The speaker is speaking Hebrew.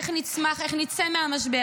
איך נצמח, איך נצא מהמשבר?